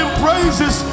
praises